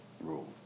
rule